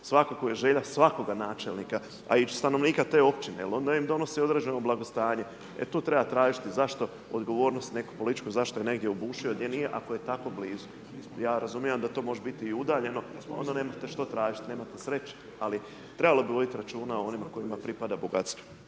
svakako je želja svakog načelnika a i stanovnika te općine jer onda im donosi određeno blagostanje, e tu treba tražiti, odgovornost neku političku, zašto je netko ubušio, gdje nije, ako je tako blizu. Ja razumijem da može biti i udaljeno, onda nemate što tražiti, nemate sreće ali trebalo bi voditi računa o onima kojima pripada bogatstvo.